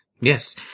Yes